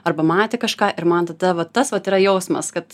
arba matė kažką ir man tada va tas vat yra jausmas kad